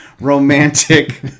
romantic